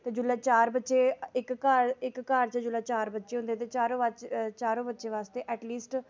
ते जुल्लै चार बच्चे इक घर इक घर च जिसलै चार बच्चे होंदे ते चारों चारों बच्चें आस्तै एटलिस्ट